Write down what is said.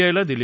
आयला दिल